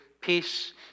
peace